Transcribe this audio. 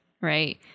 right